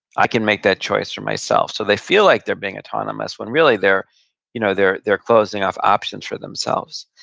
i can make that choice for myself. so they feel like they're being autonomous when really they're you know they're closing off options for themselves.